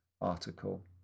article